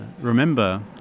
Remember